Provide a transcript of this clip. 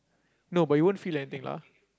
no but you won't feel anything lah